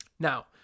Now